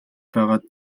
байгаад